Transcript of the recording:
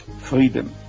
freedom